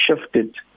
shifted